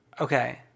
Okay